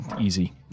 Easy